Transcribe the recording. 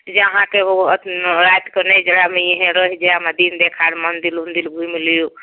जे अहाँकेँ राति कऽ नहि जाएम इहे रहि जाएम दिन देखार मंदिल उंदिल घुमि लिउ